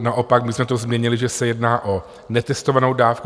Naopak my jsme to změnili, že se jedná o netestovanou dávku.